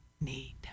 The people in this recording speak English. need